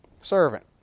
Servant